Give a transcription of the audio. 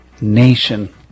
Nation